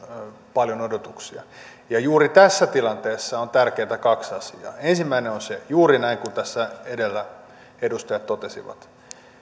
paljon odotuksia ja juuri tässä tilanteessa on tärkeää kaksi asiaa ensimmäinen on se juuri näin kuin tässä edellä edustajat totesivat että